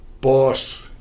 boss